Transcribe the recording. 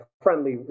friendly